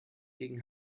gegen